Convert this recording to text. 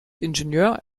ingenieur